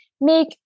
make